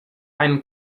einen